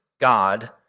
God